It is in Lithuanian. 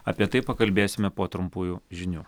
apie tai pakalbėsime po trumpųjų žinių